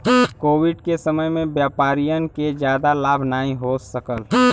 Covid के समय में व्यापारियन के जादा लाभ नाहीं हो सकाल